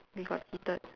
we got cheated